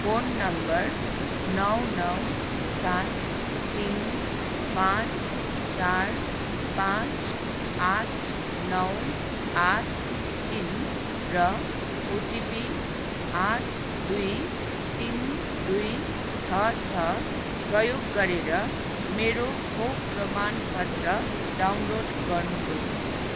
phone number नौ नौ सात तिन पाचँ चार पाचँ आठ नौ आठ तिन र ओटिपी आठ दुई तिन दुई छ छ प्रयोग गरेर मेरो खोप प्रमाणपत्र डाउनलोड गर्नुहोस्